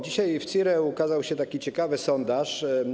Dzisiaj w CIRE ukazał się taki ciekawy sondaż.